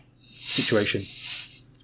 situation